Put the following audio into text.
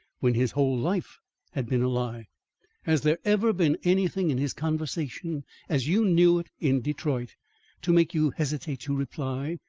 when his whole life had been a lie? has there ever been anything in his conversation as you knew it in detroit to make you hesitate to reply?